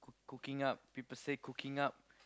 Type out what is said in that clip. cooking up people say cooking up